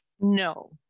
no